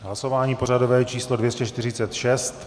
Hlasování pořadové číslo 246.